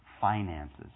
finances